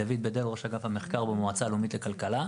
דוד בדל, ראש אגף המחקר במועצה הלאומית לכלכלה.